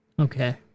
Okay